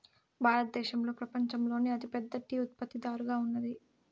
భారతదేశం పపంచంలోనే అతి పెద్ద టీ ఉత్పత్తి దారుగా ఉన్నాది